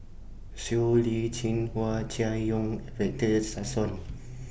Siow Lee Chin Hua Chai Yong and Victor Sassoon